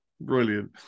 Brilliant